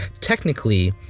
Technically